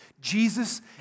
Jesus